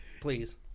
Please